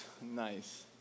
Nice